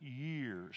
years